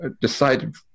decided